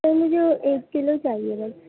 سر مجھے وہ ایک کلو چاہیے بس